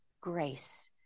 grace